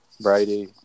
Brady